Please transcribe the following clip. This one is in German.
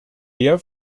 der